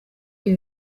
ibi